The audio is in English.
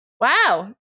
wow